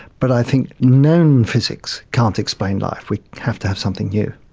but i think known physics can't explain life, we have to have something new.